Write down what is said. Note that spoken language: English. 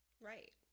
Right